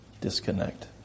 disconnect